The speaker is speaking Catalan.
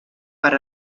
per